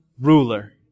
ruler